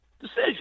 decision